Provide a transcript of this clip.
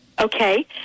Okay